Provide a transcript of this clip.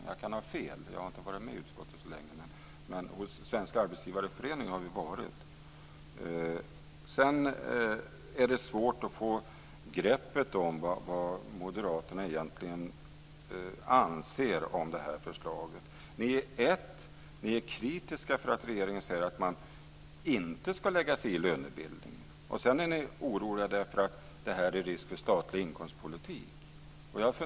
Jag kan ha fel, eftersom jag inte har varit med i utskottet så länge. Men hos Svenska Arbetsgivareföreningen har vi varit. Det är svårt att få grepp om vad moderaterna egentligen anser om detta förslag. Ni är kritiska därför att regeringen säger att man inte ska lägga sig i lönebildningen. Sedan är ni oroliga därför att detta innebär risk för statlig inkomstpolitik.